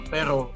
Pero